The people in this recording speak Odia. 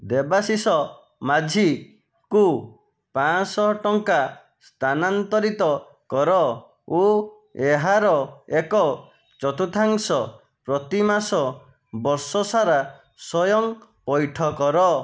ଦେବାଶିଷ ମାଝୀଙ୍କୁ ପାଞ୍ଚ ଶହ ଟଙ୍କା ସ୍ଥାନାନ୍ତରିତ କର ଓ ଏହାର ଏକ ଚତୁର୍ଥାଂଶ ପ୍ରତିମାସ ବର୍ଷ ସାରା ସ୍ଵୟଂ ପଇଠ କର